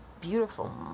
beautiful